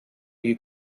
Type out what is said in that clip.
you